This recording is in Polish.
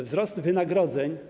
Wzrost wynagrodzeń.